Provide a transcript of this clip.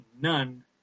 none